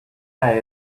eye